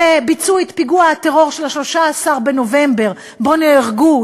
שביצעו את פיגוע הטרור של 13 בנובמבר שבו נהרגו,